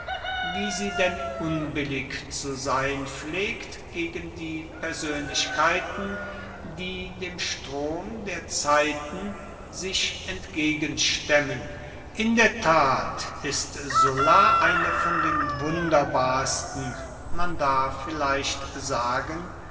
wie sie denn unbillig zu sein pflegt gegen die persönlichkeiten die dem strom der zeiten sich entgegenstemmen in der tat ist sulla eine von den wunderbarsten man darf vielleicht sagen